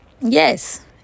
Yes